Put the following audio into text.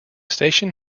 station